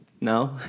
No